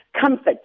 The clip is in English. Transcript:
comfort